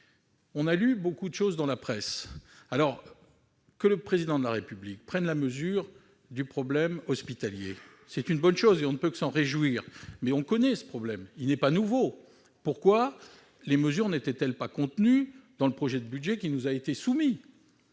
On a lu beaucoup de choses dans la presse. Que le Président de la République prenne la mesure du problème hospitalier, c'est une bonne chose, et on ne peut que s'en réjouir, mais le problème est connu, il n'est pas nouveau. Pourquoi les mesures annoncées ne figuraient-elles pas dans le projet de loi de financement qui nous a été soumis ?